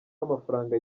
w’amafaranga